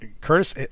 Curtis